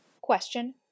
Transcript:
Question